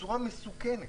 בצורה מסוכנת.